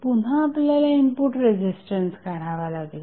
आता पुन्हा आपल्याला इनपुट रेझिस्टन्स काढावा लागेल